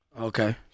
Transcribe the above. Okay